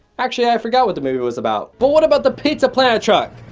actually i forgot what the movie was about. but what about the pizza planet truck?